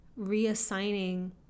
reassigning